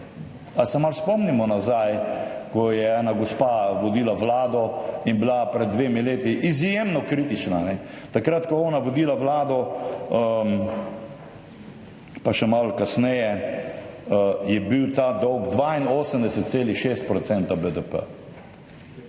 Ali se malo spomnimo nazaj, ko je ena gospa vodila vlado in bila pred dvema letoma izjemno kritična? Takrat ko je ona vodila vlado, pa še malo kasneje, je bil ta dolg 82,6 % BDP.